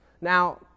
Now